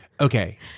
Okay